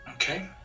Okay